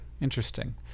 Interesting